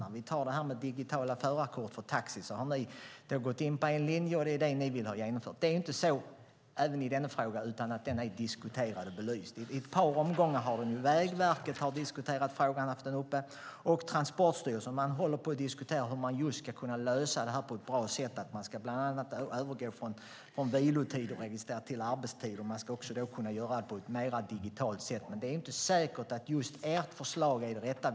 Om vi tar de digitala förarkorten för taxi har ni gått in på en linje, och det är den ni vill ha genomförd. Även denna fråga är diskuterad och belyst i ett par omgångar. Vägverket har diskuterat frågan och haft den uppe, och Transporstyrelsen håller just på att diskutera hur man ska kunna lösa detta på ett bra sätt. Bland annat ska man övergå från att registrera vilotider till att registrera arbetstider. Man ska också kunna göra det på ett mer digitalt sätt. Det är inte säkert att just ert förslag är det rätta.